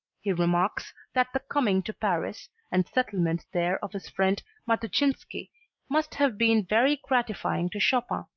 he remarks that the coming to paris and settlement there of his friend matuszynski must have been very gratifying to chopin,